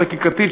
החקיקתית,